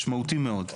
משמעותי מאוד,